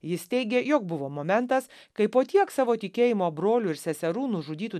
jis teigė jog buvo momentas kai po tiek savo tikėjimo brolių ir seserų nužudytų